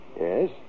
Yes